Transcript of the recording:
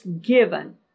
given